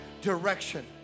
direction